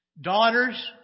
Daughters